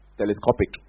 telescopic